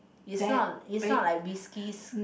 is not is not like whiskeys